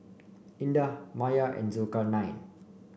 Indah Maya and Zulkarnain